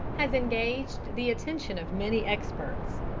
has engaged the attention of many experts.